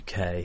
UK